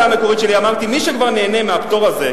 אמרתי: מי שכבר נהנה מהפטור הזה,